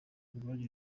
ubwaryo